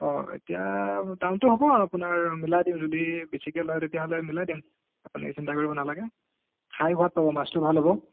অঁ এতিয়া দামটো হ'ব আৰু আপোনাৰ মিলাই দিম যদি বেছিকে লয় তেতিয়াহ'লে মিলাই দিম আপুনি চিন্তা কৰিব নালাগে খাই সোৱাদ পাব মাছটো ভাল হ'ব